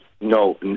No